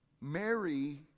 Mary